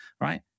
right